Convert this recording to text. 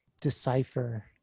decipher